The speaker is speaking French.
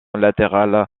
latérale